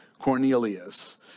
Cornelius